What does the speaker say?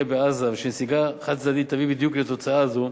בעזה ושנסיגה חד-צדדית תביא בדיוק לתוצאה הזאת,